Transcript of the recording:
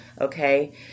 okay